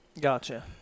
Gotcha